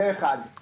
הדבר השני,